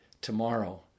tomorrow